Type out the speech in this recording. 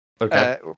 Okay